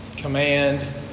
command